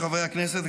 חברי הכנסת,